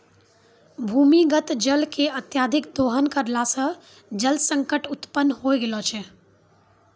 भूमीगत जल के अत्यधिक दोहन करला सें जल संकट उत्पन्न होय गेलो छै